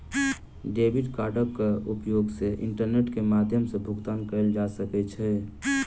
debit कार्डक उपयोग सॅ इंटरनेट के माध्यम सॅ भुगतान कयल जा सकै छै